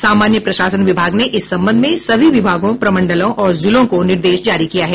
सामान्य प्रशासन विभाग ने इस संबंध में सभी विभागों प्रमंडलों और जिलों को निर्देश जारी किया है